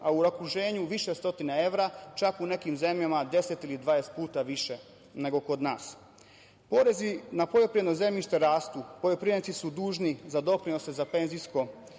a u okruženju više stotine evra, čak u nekim zemljama deset ili dvadeset puta više nego kod nas. Porezi na poljoprivredno zemljište rastu. Poljoprivrednici su dužni za doprinose za penzijsko